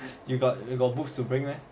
you got you got books to bring meh